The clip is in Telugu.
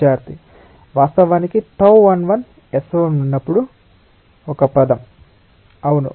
విద్యార్థి వాస్తవానికి τ11S1 ఉన్నప్పుడు ఒక పదం అవును